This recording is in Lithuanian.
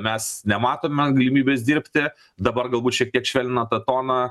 mes nematome galimybės dirbti dabar galbūt šiek tiek švelnina tą toną